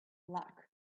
luck